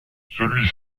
celui